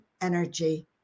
energy